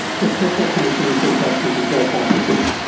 with careful attention to infection control practices.